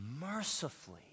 mercifully